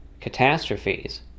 catastrophes